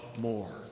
more